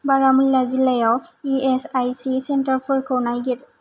बारामुल्ला जिल्लायाव इएसआइसि सेन्टारफोरखौ नायगिर